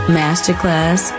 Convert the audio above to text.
masterclass